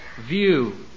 view